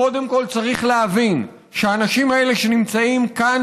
קודם כול צריך להבין שהאנשים האלה שנמצאים כאן,